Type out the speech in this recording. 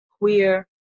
queer